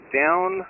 down